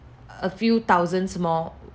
a few thousands more